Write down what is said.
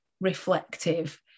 reflective